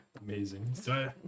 amazing